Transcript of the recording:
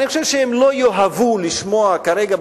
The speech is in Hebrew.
אני חושב שהם לא יאהבו לשמוע כרגע,